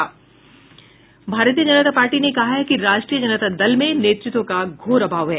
भारतीय जनता पार्टी ने कहा है कि राष्ट्रीय जनता दल में नेतृत्व का घोर अभाव है